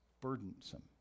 burdensome